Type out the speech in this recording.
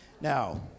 Now